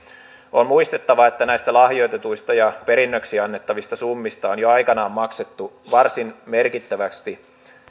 on muistettava että näistä lahjoitetuista ja perinnöksi annettavista summista on jo aikanaan maksettu varsin merkittävästi